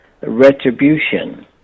retribution